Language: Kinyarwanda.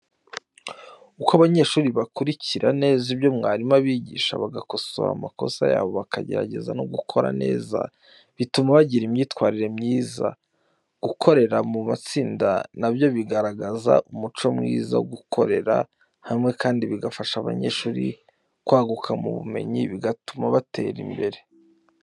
Uko abanyeshuri bakurikira neza ibyo umwarimu abigisha, bagakosora amakosa yabo bakagerageza no gukora neza, bituma bagira imyitwarire myiza. Gukorera mu matsinda na byo bigaragaza umuco mwiza wo gukorera hamwe kandi bigafasha abanyeshuri kwaguka mu bumenyi bigatuma batera imbere.